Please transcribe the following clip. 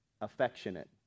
affectionate